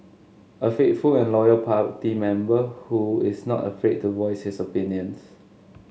a faithful and loyal party member who is not afraid to voice his opinions